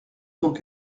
donc